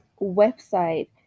website